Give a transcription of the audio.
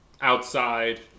outside